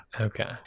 Okay